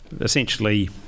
essentially